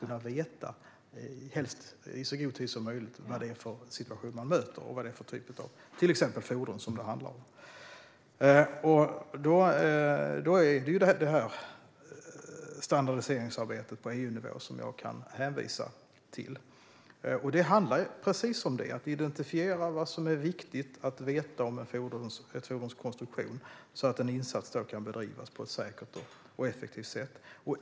De behöver i så god tid som möjligt få veta vad det är för situation de möter, till exempel vilken typ av fordon det handlar om. Här är det standardiseringsarbetet på EU-nivå som jag kan hänvisa till. Det handlar om att identifiera vad som är viktigt att veta om ett fordons konstruktion, så att en insats kan bedrivas på ett säkert och effektivt sätt.